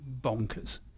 bonkers